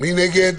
מי נגד?